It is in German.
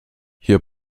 hier